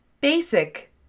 basic